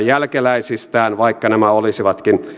jälkeläistään vaikka nämä olisivatkin